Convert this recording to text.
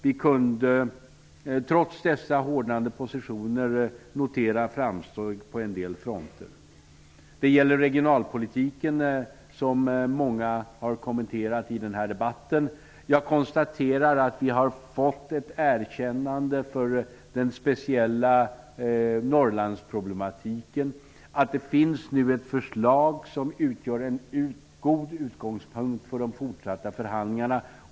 Vi kunde trots dessa hårdnande positioner notera framsteg på en del fronter. Det gällde bl.a. regionalpolitiken, som många har kommenterat i denna debatt. Jag konstaterar att vi har fått ett erkännande för den speciella Norrlandsproblematiken. Det finns nu ett förslag som utgör en god utgångspunkt för de fortsatta förhandlingarna.